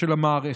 של המערכת,